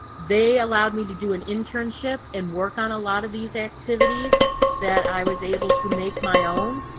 they allowed me to do an internship and work on a lot of these activity that i was able to make my own.